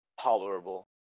tolerable